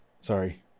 sorry